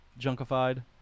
junkified